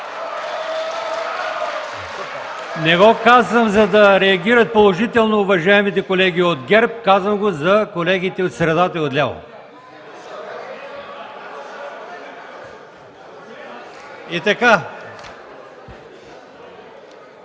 Не го казвам, за да реагират положително уважаемите колеги от ГЕРБ. Казвам го за колегите от средата и отляво.